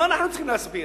לא אנחנו צריכים להסביר.